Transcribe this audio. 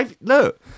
look